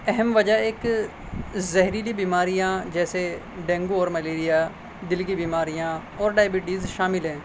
اہم وجہ ایک زہریلی بیماریاں جیسے ڈینگو اور ملیریا دل کی بیماریاں اور ڈائبٹیز شامل ہیں